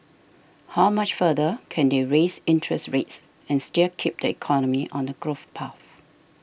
how much further can they raise interest rates and still keep the economy on a growth path